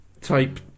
type